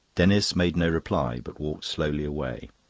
denis made no reply, but walked slowly away.